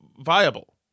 viable